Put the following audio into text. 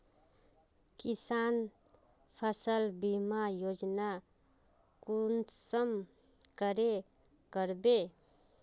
किसान फसल बीमा योजना कुंसम करे करबे?